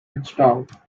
installed